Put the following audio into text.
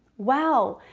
wow!